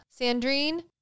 sandrine